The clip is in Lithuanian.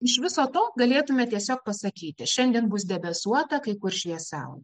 iš viso to galėtume tiesiog pasakyti šiandien bus debesuota kai kur švies saulė